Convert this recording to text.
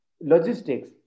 logistics